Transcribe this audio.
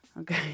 Okay